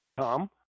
Tom